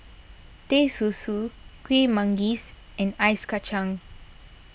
Teh Susu Kuih Manggis and Ice Kachang